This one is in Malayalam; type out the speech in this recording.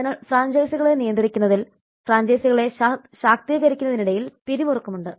അതിനാൽ ഫ്രാഞ്ചൈസികളെ നിയന്ത്രിക്കുന്നതിൽ ഫ്രാഞ്ചൈസികളെ ശാക്തീകരിക്കുന്നതിനിടയിൽ പിരിമുറുക്കമുണ്ട്